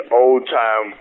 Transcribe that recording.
old-time